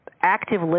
active